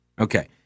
Okay